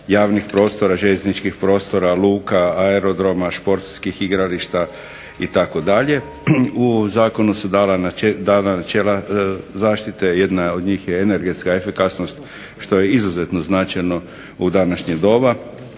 javnih prostora, željezničkih prostora, luka, aerodroma, športskih igrališta itd. U zakonu su dana načela zaštite, jedna od njih je energetska efikasnost što je izuzetno značajno u današnje doba,